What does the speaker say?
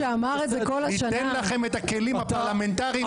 ניתן לכם את הכלים הפרלמנטריים.